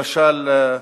למשל,